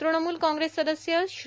तृणमूल काँग्रेस सदस्य श्री